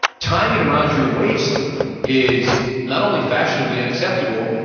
tying it around your waist is not only fashionably unacceptable,